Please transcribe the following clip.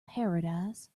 paradise